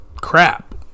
crap